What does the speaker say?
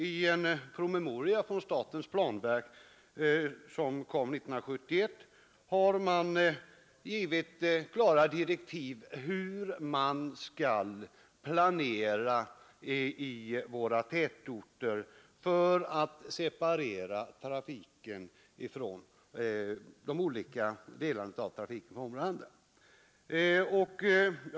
I en PM från statens planverk 1971 har det också givits klara direktiv om hur man skall planera i våra tätorter för att separera de olika delarna av trafiken från varandra.